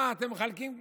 מה, אתם מחלקים מיליונים.